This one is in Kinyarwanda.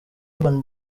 urban